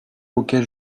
auquel